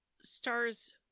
Star's